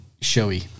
showy